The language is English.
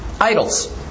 idols